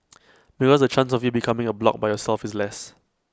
because the chance of you becoming A bloc by yourself is less